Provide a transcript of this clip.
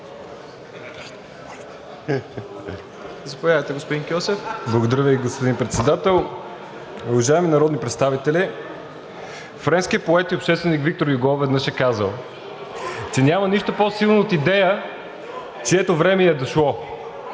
(Продължаваме Промяната): Благодаря Ви, господин Председател. Уважаеми народни представители! Френският поет и общественик Виктор Юго неведнъж е казвал, че няма нищо по-силно от идея, чието време е дошло.